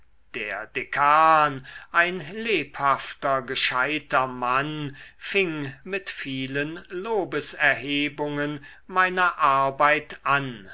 der dekan ein lebhafter gescheiter mann fing mit vielen lobeserhebungen meiner arbeit an